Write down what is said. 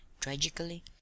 tragically